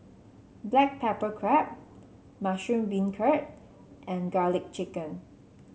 Black Pepper Crab Mushroom Beancurd and garlic chicken